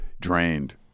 drained